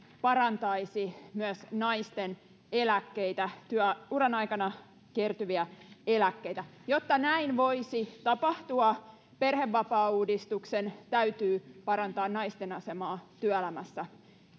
parantaisi myös naisten eläkkeitä työuran aikana kertyviä eläkkeitä jotta näin voisi tapahtua perhevapaauudistuksen täytyy parantaa naisten asemaa työelämässä